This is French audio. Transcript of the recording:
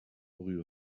rue